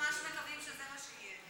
ממש מקווים שזה מה שיהיה.